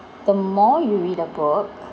the more you read a book